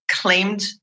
claimed